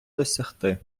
досягти